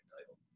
title